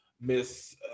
Miss